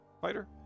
Fighter